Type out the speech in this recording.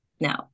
no